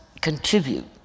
contribute